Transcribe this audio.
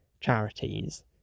charities